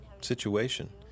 situation